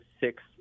six